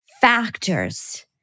factors